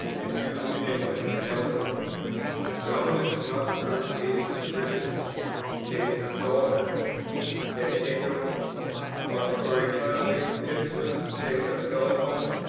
as used in england and elsewhere dominus noster jesus christus te absolvat et ego auctoritate ipsius te absolvo,